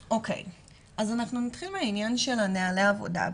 אז אנחנו נתחיל מהעניין של נוהלי העבודה.